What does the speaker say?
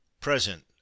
Present